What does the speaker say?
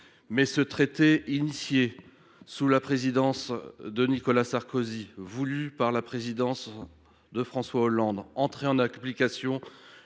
mais ce traité, amorcé sous la présidence de Nicolas Sarkozy, voulu par la présidence de François Hollande, entré en vigueur